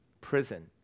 prison